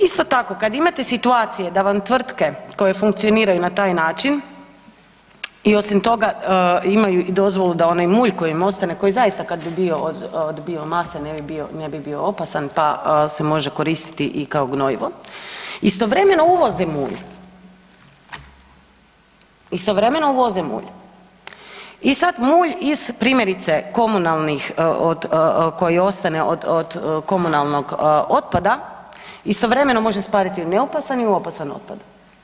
Isto tako, kad imate situacije da vam tvrtke koje funkcioniraju na taj način, i osim toga imaju dozvolu da onaj mulj koji im ostane koji zaista kad bi bio od bio mase, ne bi bio opasan se može koristiti i kao gnojivo, istovremeno uvozi mulj, istovremeno uvozi mulj, i sad mulj iz primjerice komunalnih koji ostane od komunalnog otpada, istovremeno može spadati u ne opasan i u opasan otpad.